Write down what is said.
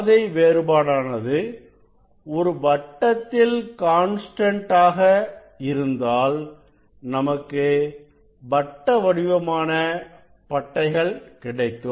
பாதை வேறுபாடானது ஒரு வட்டத்தில் கான்ஸ்டன்ட் ஆக இருந்தால் நமக்கு வட்டவடிவமான பட்டைகள் கிடைக்கும்